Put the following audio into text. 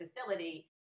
facility